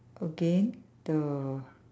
again the